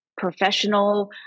Professional